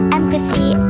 empathy